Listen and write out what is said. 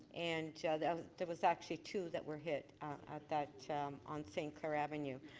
and there was actually two that were hit at that on st. clair avenue.